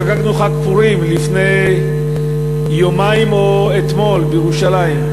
חגגנו חג פורים לפני יומיים או אתמול בירושלים,